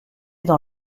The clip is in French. dans